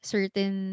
Certain